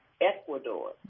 Ecuador